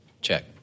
check